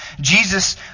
Jesus